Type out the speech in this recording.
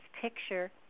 picture